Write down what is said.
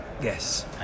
Yes